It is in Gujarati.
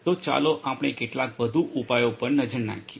તો ચાલો આપણે કેટલાક વધુ ઉપાયો પર નજર નાખીએ